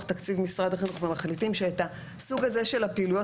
תקציב משרד החינוך ומחליטים שאת סוג הזה של הפעילויות